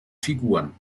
figuren